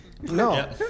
No